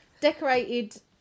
decorated